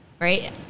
Right